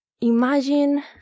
imagine